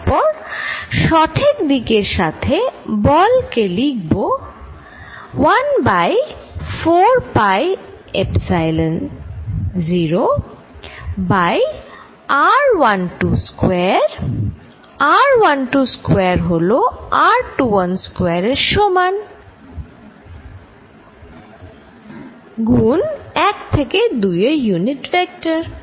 তারপর সঠিক দিক এর সাথে বলকে লিখব 1 ভাগ 4 pi epsilon by r12 square r12 square হল r21 স্কয়ার এর সমান গুন 1 থেকে 2 এর ইউনিট ভেক্টর